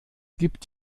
gibt